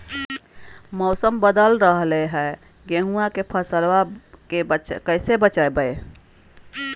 मौसम बदल रहलै है गेहूँआ के फसलबा के कैसे बचैये?